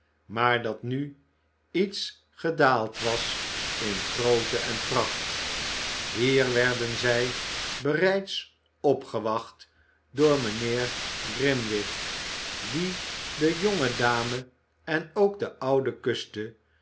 maar dat nu iets gedaald was in grootte en pracht hier werden zij bereids opgewacht door mijnheer grimwig die de jonge dame en ook de oude kuste